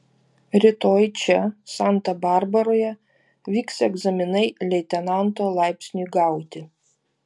rytoj čia santa barbaroje vyks egzaminai leitenanto laipsniui gauti